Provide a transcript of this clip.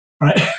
Right